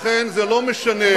על הסטודנטים,